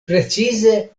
precize